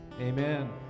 Amen